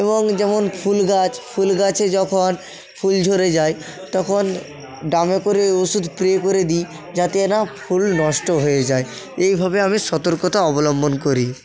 এবং যেমন ফুল গাছ ফুল গাছে যখন ফুল ঝরে যায় তখন ড্রামে করে ওষুধ স্প্রে করে দিই যাতে না ফুল নষ্ট হয়ে যায় এইভাবে আমি সতর্কতা অবলম্বন করি